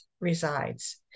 resides